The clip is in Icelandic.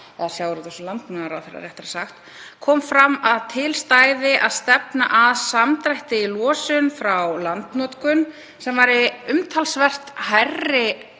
kom fram að til stæði að stefna að samdrætti í losun frá landnotkun sem væri umtalsvert hærra